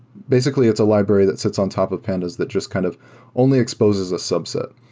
basically it's a library that sits on top of pandas that just kind of only exposes a subset.